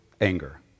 anger